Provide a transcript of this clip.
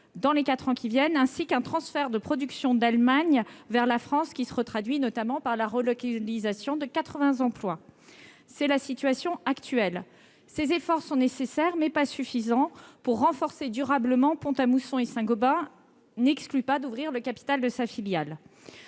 dans les quatre ans qui viennent. En outre, un transfert de production d'Allemagne vers la France se traduit notamment par la relocalisation de quatre-vingts emplois. Telle est la situation actuelle. Ces efforts, certes nécessaires, ne sont pas suffisants pour renforcer durablement le site de Pont-à-Mousson. Saint-Gobain n'exclut pas d'ouvrir le capital de sa filiale.